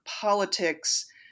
politics